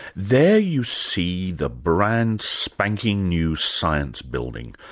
there you see the brand, spanking new science building,